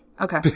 Okay